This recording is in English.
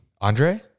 Andre